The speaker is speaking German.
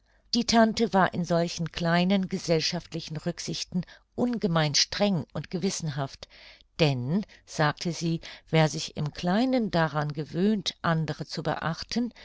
die tante war in solchen kleinen gesellschaftlichen rücksichten ungemein streng und gewissenhaft denn sagte sie wer sich im kleinen daran gewöhnt andere zu beachten